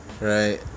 Right